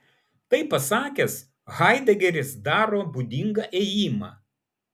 tai pasakęs haidegeris daro būdingą ėjimą